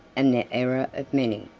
and the error of many,